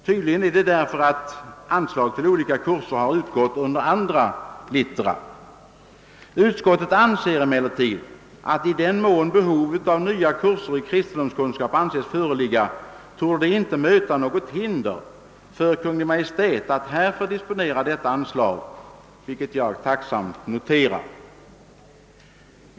Tydligen är det därför att anslag till olika kurser utgått under andra littera. Utskottet anser emellertid, att i den mån behov av nya kurser i kristendomskunskap anses föreligga, bör det inte möta något hinder för Kungl. Maj:t att härför disponera detta anslag — vilket jag tacksamt noterar.